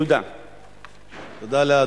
תודה.